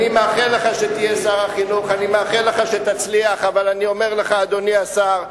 שר החינוך גם בשנה הבאה.